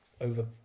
over